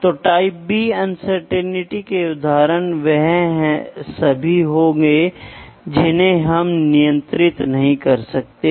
तो एक प्रोडक्ट के रूप में आँख लें ठीक है एक दर्पण के सामने खड़े हो जाओ आप अपनी आंखों को देखते हैं